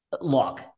look